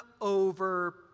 over